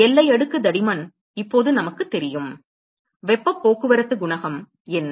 எல்லை அடுக்கு தடிமன் இப்போது நமக்குத் தெரியும் வெப்பப் போக்குவரத்து குணகம் என்ன